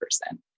person